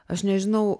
aš nežinau